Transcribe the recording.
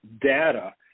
data